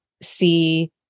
see